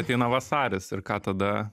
ateina vasaris ir ką tada